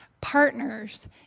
partners